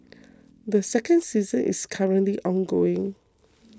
the second season is currently ongoing